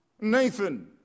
Nathan